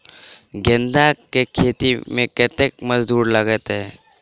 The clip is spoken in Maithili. गेंदा केँ खेती मे कतेक मजदूरी लगतैक?